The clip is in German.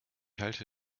halte